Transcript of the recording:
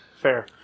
Fair